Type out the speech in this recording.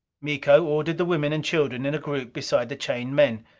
miko ordered the women and children in a group beside the chained men.